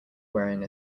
wearing